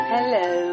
Hello